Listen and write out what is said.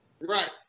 Right